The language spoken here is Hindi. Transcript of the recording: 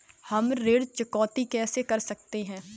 हम ऋण चुकौती कैसे कर सकते हैं?